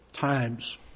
times